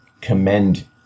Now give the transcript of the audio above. commend